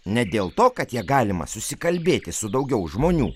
ne dėl to kad ja galima susikalbėti su daugiau žmonių